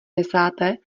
desáté